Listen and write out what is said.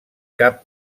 cap